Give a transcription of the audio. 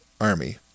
army